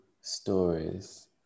stories